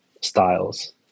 styles